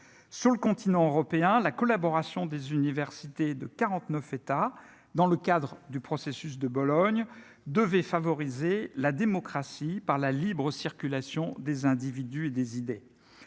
sur le continent européen, la collaboration des universités de 49 États dans le cadre du processus de Bologne devait favoriser la démocratie par la libre-circulation des individus et des idées